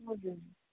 हजुर